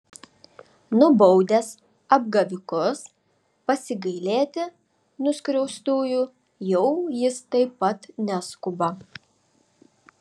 nubaudęs apgavikus pasigailėti nuskriaustųjų jau jis taip pat neskuba